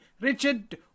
Richard